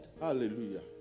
Hallelujah